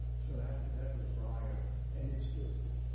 so that that was breyer. and it's still true.